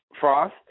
Frost